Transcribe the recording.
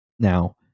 Now